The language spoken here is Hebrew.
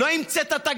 לא המצאת את הגלגל.